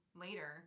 later